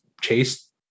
chase